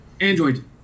Android